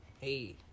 Hey